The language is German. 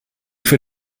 für